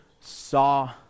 saw